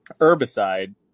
herbicide